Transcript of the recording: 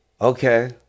Okay